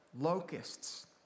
locusts